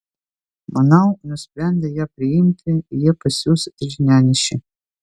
manau nusprendę ją priimti jie pasiųs žinianešį